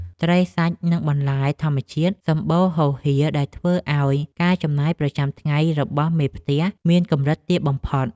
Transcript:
ត្រីសាច់ និងបន្លែធម្មជាតិសម្បូរហូរហៀរដែលធ្វើឱ្យការចំណាយប្រចាំថ្ងៃរបស់មេផ្ទះមានកម្រិតទាបបំផុត។